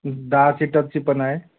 दहा सीटरची पण आहे